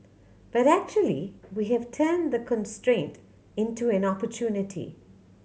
but actually we have turned the constraint into an opportunity